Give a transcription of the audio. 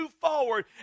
forward